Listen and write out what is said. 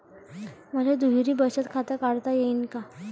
मले दुहेरी बचत खातं काढता येईन का?